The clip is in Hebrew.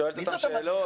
שואלת אותה שאלות?